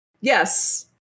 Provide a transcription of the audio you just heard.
Yes